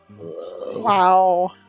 Wow